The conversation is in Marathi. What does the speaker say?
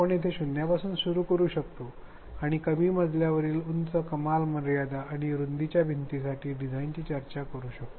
आपण येथे शून्यापासून सुरू करू शकतो आणि कमी मजल्यावरील उंच कमाल मर्यादा आणि रुंदीच्या भिंतींसाठी डिझाइनची चर्चा करू शकतो